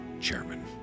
chairman